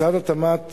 משרד התמ"ת